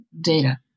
data